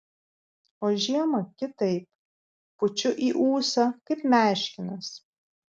o žiemą kitaip pučiu į ūsą kaip meškinas